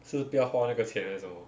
是不要花那个钱还是什么